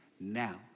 Now